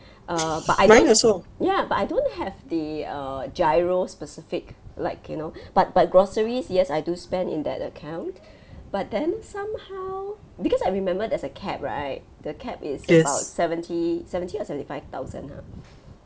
err but I don't ya but I don't have the err GIRO-specific like you know but but groceries yes I do spend in that account but then somehow because I remembered there's a cap right the cap is about seventy seventy or seventy five thousand ha